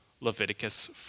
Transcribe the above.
Leviticus